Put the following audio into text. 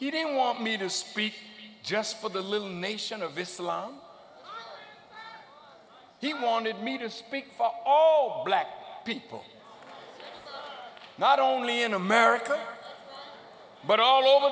he didn't want me to speak just for the little nation of islam he wanted me to speak for all black people not only in america but all over